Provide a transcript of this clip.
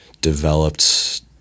developed